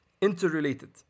interrelated